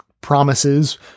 promises